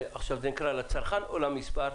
זה נקרא לצרכן או למספר?